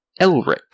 Elric